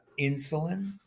insulin